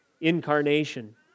incarnation